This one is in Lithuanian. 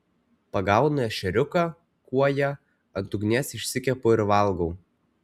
pagaunu ešeriuką kuoją ant ugnies išsikepu ir valgau